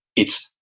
it's,